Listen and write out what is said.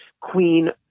queen